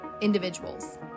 individuals